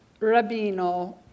Rabino